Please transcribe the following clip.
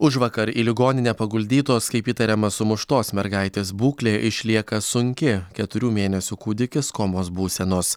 užvakar į ligoninę paguldytos kaip įtariama sumuštos mergaitės būklė išlieka sunki keturių mėnesių kūdikis komos būsenos